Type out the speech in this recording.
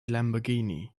lamborghini